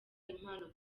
impano